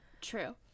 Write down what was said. True